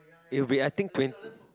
it will be I think twent~